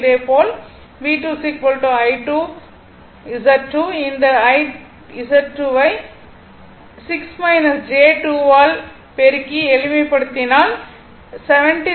இதேபோல் V2 I2 Z2 இந்த I Z2 i வை 6 j 2 ஆல் பெருக்கி எளிமைப்படுத்தினால் 76